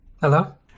Hello